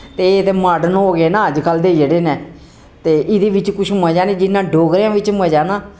ते एह् ते मार्डन हो गे ना अजकल्ल दे जेह्ड़े नै ते एह्दे बिच्च कुछ मजा निं जिन्ना डोगरें बिच्च मजा ना